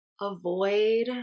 avoid